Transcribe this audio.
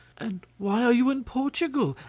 and why are you in portugal?